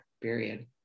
period